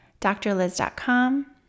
drliz.com